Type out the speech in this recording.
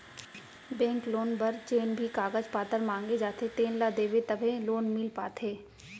bank loan बर जेन भी कागज पातर मांगे जाथे तेन ल देबे तभे लोन मिल पाथे